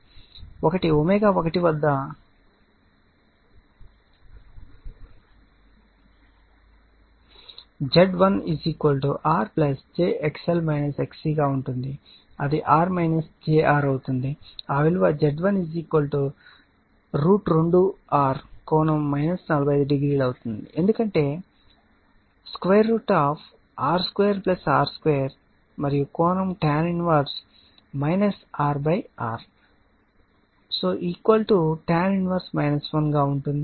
ఒకటి ω1 వద్ద Z1 R j XL XC గా ఉంటుంది అది R jR అవుతుంది ఆ విలువ Z1√ 2 R కోణం 45 డిగ్రీ అవుతుంది ఎందుకంటే R2R2 మరియు కోణం Tan 1 Tan 1 గా ఉంటుంది